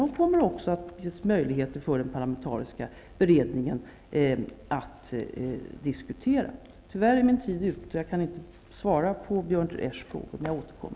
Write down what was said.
Det kommer också att finnas möjlighet för den parlamentariska beredningen att diskutera frågan. Tyvärr är min taletid ute, så jag kan inte besvara Björn von der Eschs frågor, men jag återkommer.